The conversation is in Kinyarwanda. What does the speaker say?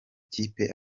kipe